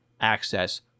access